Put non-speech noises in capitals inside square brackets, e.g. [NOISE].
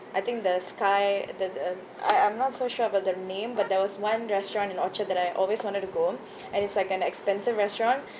I think the sky the the I I'm not so sure about the name but there was one restaurant in orchard that I always wanted to go [BREATH] and it's like an expensive restaurant